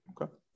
okay